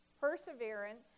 perseverance